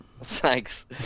Thanks